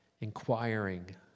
inquiring